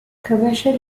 commercial